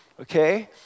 Okay